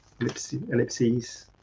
ellipses